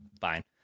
fine